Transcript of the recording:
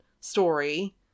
story